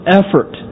effort